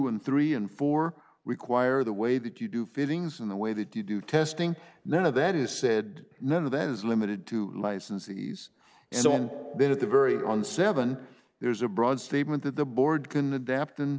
and three and four require the way that you do fittings in the way that you do testing none of that is said none of that is limited to licensees and so on then at the very on seven there is a broad statement that the board can adapt and